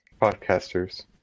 Podcasters